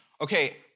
okay